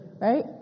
right